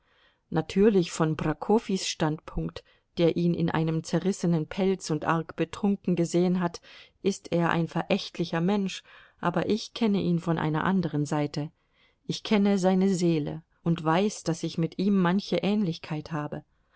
natürlich von prokofis standpunkt der ihn in einem zerrissenen pelz und arg betrunken gesehen hat ist er ein verächtlicher mensch aber ich kenne ihn von einer anderen seite ich kenne seine seele und weiß daß ich mit ihm manche ähnlichkeit habe